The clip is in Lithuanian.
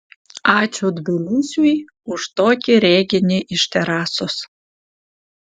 ačiū tbilisiui už tokį reginį iš terasos